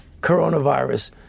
coronavirus